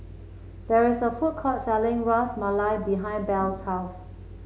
there is a food court selling Ras Malai behind Belle's house